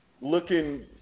looking